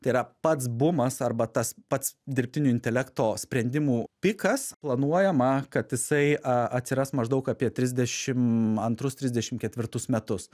tai yra pats bumas arba tas pats dirbtinio intelekto sprendimų pikas planuojama kad jisai atsiras maždaug apie trisdešimt antrus trisdešimt ketvirtus metus